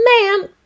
Ma'am